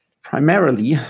primarily